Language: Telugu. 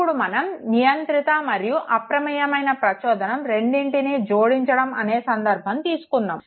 ఇప్పుడు మనం నియంత్రిత మరియు అప్రమేయమైన ప్రచోదనం రెండిటిని జోడించడం అనే సంధర్భం తీసుకున్నాము